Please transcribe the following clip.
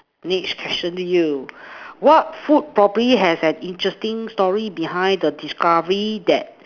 next question to you what food probably has an interesting story behind the discovery that